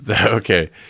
Okay